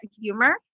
humor